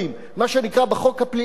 מה שנקרא בחוק הפלילי,